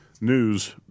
news